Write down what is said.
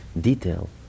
detail